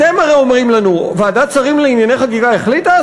אתם הרי אומרים לנו: ועדת שרים לענייני חקיקה החליטה?